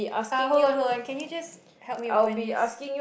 uh hold on hold on can you just help me open this